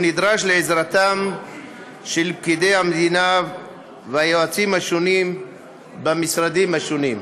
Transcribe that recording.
הוא נדרש לעזרתם של פקידי המדינה והיועצים השונים במשרדים השונים.